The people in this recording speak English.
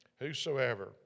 whosoever